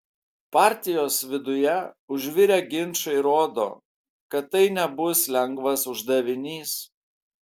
partijos viduje užvirę ginčai rodo kad tai nebus lengvas uždavinys